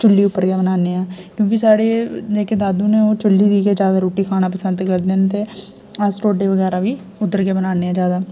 चुल्ली उप्पर गै बनाने आं क्योंकि साढ़े जेह्के दादू ने ओह् चुल्ली दी गै जादा रुट्टी खाना पसंद करदे न ते अस टोडे बगैरा बी उद्धर गै बनाने आं जादा